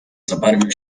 zabarwił